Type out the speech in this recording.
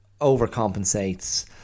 overcompensates